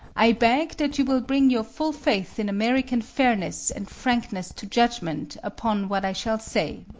i beg that you will bring your full faith in american fairness and frankness to judgment upon what i shall say.